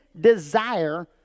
desire